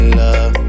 love